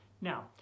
Now